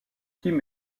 kim